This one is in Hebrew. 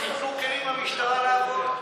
תיתנו כלים למשטרה לעבוד.